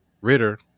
Ritter